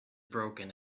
broken